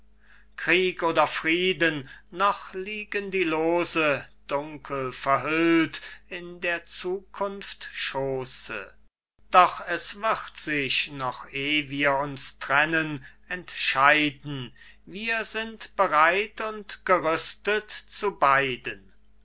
krieg oder frieden noch liegen die loose dunkel verhüllt in der zukunft schooße doch es wird sich noch eh wir uns trennen entscheiden wir sein bereit und gerüstet zu beiden